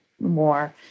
more